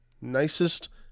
nicest